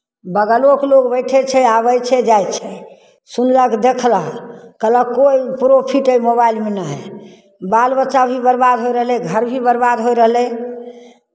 बगलोके लोक बैठै छै आबै छै जाइ छै सुनलक देखलक कहलक कोइ प्रोफिट एहि मोबाइलमे नहि हइ बाल बच्चा भी बरबाद होय रहलै घर भी बरबाद होय रहलै